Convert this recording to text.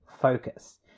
focus